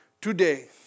today